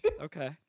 okay